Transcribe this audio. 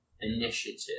initiative